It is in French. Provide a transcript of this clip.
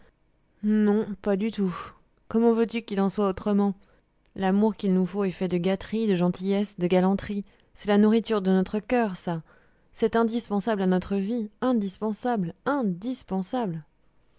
non pas du tout comment veux-tu qu'il en soit autrement l'amour qu'il nous faut est fait de gâteries de gentillesses de galanteries c'est la nourriture de notre coeur ça c'est indispensable à notre vie indispensable indispensable